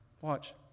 watch